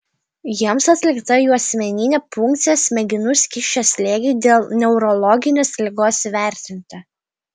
jiems atlikta juosmeninė punkcija smegenų skysčio slėgiui dėl neurologinės ligos įvertinti